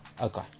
okay